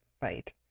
fight